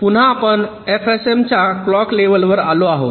पुन्हा आपण एफएसएम च्या क्लॉक लेव्हल वर आलो आहोत